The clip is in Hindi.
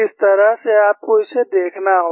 इस तरह से आपको इसे देखना होगा